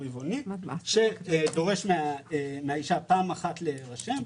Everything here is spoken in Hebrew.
רבעוני שדורש מהאישה פעם אחת להירשם.